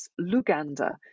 Luganda